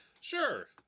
Sure